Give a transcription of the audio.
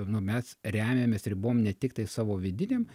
nu mes remiamės ribom ne tiktai savo vidinėm